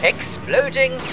Exploding